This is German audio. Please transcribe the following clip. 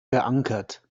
verankert